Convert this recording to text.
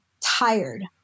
tired